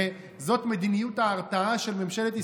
וזו מדיניות ההרתעה של ממשלת ישראל,